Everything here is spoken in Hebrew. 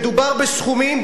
מדובר בסכומים,